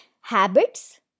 habits